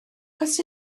oes